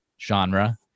genre